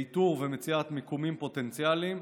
לאיתור ומציאת מיקומים פוטנציאליים.